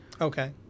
okay